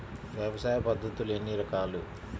వ్యవసాయ పద్ధతులు ఎన్ని రకాలు?